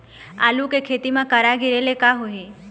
आलू के खेती म करा गिरेले का होही?